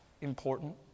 important